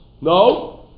No